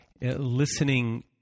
Listening